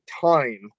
time